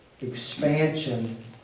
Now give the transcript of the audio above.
expansion